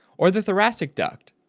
or the thoracic duct,